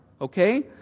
Okay